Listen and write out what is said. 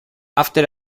after